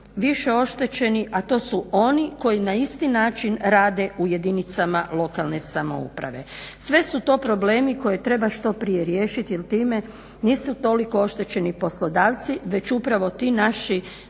više oštećeni, a to su oni koji na isti način rade u jedinicama lokalne samouprave. Sve su to problemi koje treba što prije riješiti, jer time nisu toliko oštećeni poslodavci već upravo ti naši